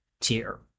tier